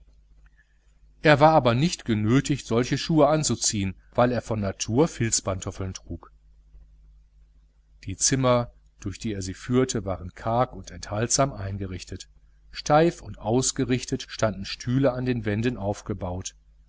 er aber war nicht genötigt solche schuhe anzuziehen weil er von natur filzpantoffeln trug die zimmer durch die er sie führte waren karg und enthaltsam eingerichtet steif und ausgerichtet standen stühle an den wänden aufgebaut